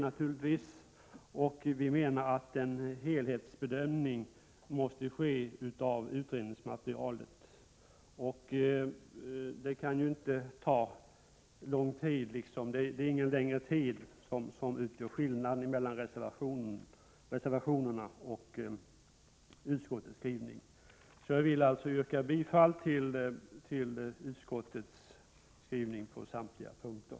Vi menar därför att det krävs en helhetsbedömning av utredningsmaterialet, och det är ingen längre tid som utgör skillnaden mellan reservationerna och utskottets skrivning. Jag yrkar alltså bifall till utskottets hemställan på samtliga punkter.